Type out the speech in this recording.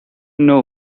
know